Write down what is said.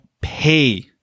pay